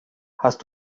hast